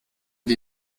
die